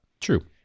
True